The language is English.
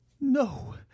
No